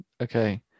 Okay